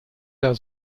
der